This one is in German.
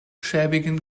schäbigen